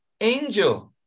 angel